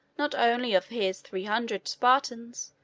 not only of his three hundred spartans,